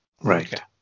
Right